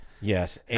Yes